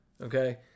Okay